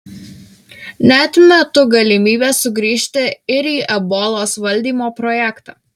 neatmetu galimybės sugrįžti ir į ebolos valdymo projektą